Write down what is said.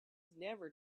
never